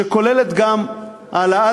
שכוללת גם העלאת